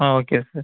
ah okay sir